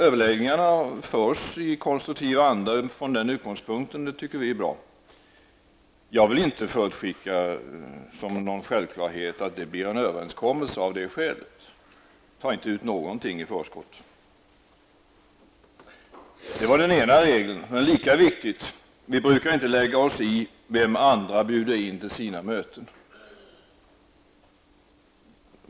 Överläggningarna förs i konstruktiv anda utifrån den utgångspunkten, och det tycker vi är bra. Jag vill inte som en självklarhet förutskicka att det blir en överenskommelse av det skälet. Jag tar inte ut någonting i förskott. Detta var den ena regeln. Men lika viktigt är att vi i centerpartiet inte brukar lägga oss i vem andra bjuder in till sina möten.